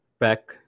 back